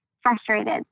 frustrated